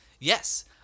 yes